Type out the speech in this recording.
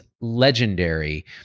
legendary